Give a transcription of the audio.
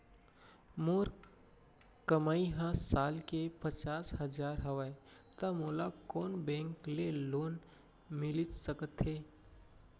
मोर कमाई ह साल के पचास हजार हवय त मोला कोन बैंक के लोन मिलिस सकथे?